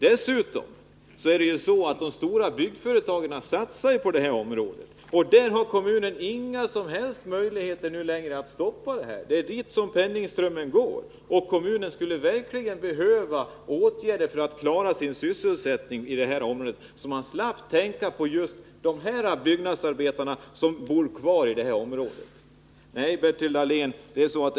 Dessutom satsar de stora byggföretagen på det södra fjällområdet, och det har kommunen ingen som helst möjlighet att stoppa. Det är dit som penningströmmen går. Kommunen skulle verkligen behöva satsa på åtgärder som löser sysselsättningsproblemen så att byggnadsarbetarna i de centrala delarna av kommunen kan bo kvar där.